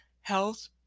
health